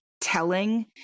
telling